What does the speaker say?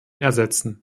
ersetzen